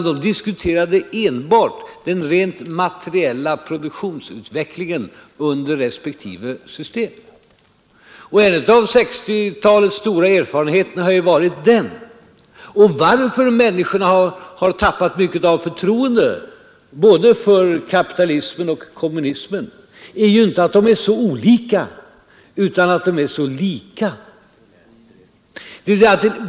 De diskuterade enbart den rent materiella produktionsutvecklingen under respektive system. En av 1960-talets stora erfarenheter har ju varit att orsaken till att människorna tappat mycket av förtroende både för kapitalismen och för kommunismen är inte att de är så olika utan att de är så lika.